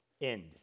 end